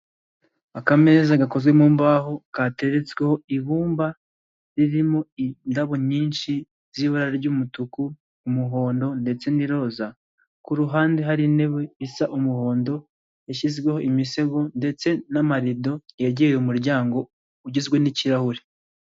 Akameza gakoze mu mbaho kateretsweho ibumba ririmo indabo nyinshi z'ibara ry'umutuku umuhondo ndetse n'iroza, ku ruhande hari intebe isa umuhondo yashyizweho imisego ndetse n'amarido yageye umuryango ugizwe n'ikirahure.